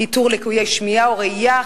איתור ליקויי שמיעה או ראייה,